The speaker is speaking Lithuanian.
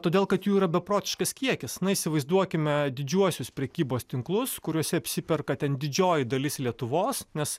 todėl kad jų yra beprotiškas kiekis na įsivaizduokime didžiuosius prekybos tinklus kuriuose apsiperka ten didžioji dalis lietuvos nes